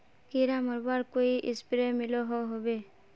कीड़ा मरवार कोई स्प्रे मिलोहो होबे?